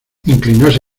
inclinóse